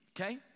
Okay